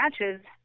matches